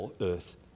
earth